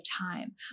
time